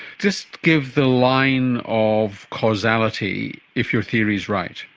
just give the line of causality if your theory is right.